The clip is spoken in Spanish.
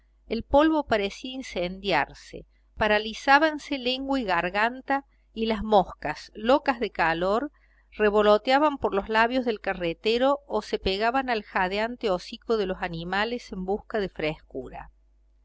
el polvo parecía incendiarse paralizábanse lengua y garganta y las moscas locas de calor revoloteaban por los labios del carretero o se pegaban al jadeante hocico de los animales en busca de frescura